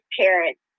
parents